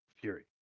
Fury